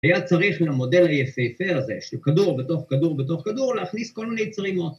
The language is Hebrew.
היה צריך למודל היפהפה הזה, שהוא כדור בתוך כדור בתוך כדור, להכניס כל מיני צרימות.